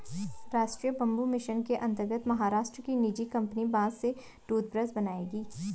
राष्ट्रीय bamboo mission के अंतर्गत महाराष्ट्र की निजी कंपनी बांस से टूथब्रश बनाएगी